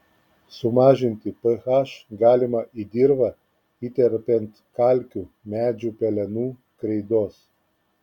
sumažinti ph galima į dirvą įterpiant kalkių medžio pelenų kreidos